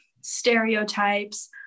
stereotypes